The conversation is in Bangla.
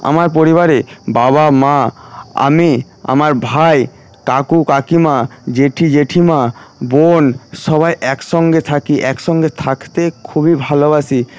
আমার পরিবারে বাবা মা আমি আমার ভাই কাকু কাকিমা জেঠু জেঠিমা বোন সবাই একসঙ্গে থাকি একসঙ্গে থাকতে খুবই ভালোবাসি